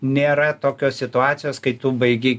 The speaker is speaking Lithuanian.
nėra tokios situacijos kai tu baigi